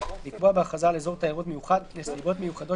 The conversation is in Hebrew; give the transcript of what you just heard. לקבוע בהכרזה על אזור תיירות מיוחד נסיבות מיוחדות